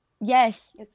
Yes